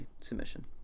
submission